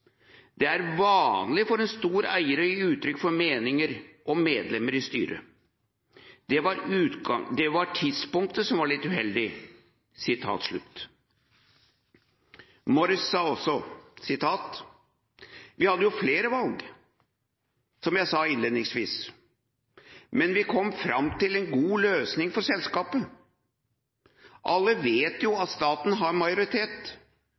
å uttrykke meninger om medlemmer av styret. Det var tidspunktet som var litt uheldig.» Morris sa også: «Vi hadde jo flere valg, som jeg sa innledningsvis. Men vi kom frem til en god løsning for selskapet. Alle vet jo at staten har majoritet.